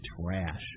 trash